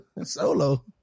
Solo